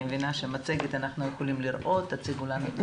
אני מבינה שאנחנו יכולים לראות את המצגת.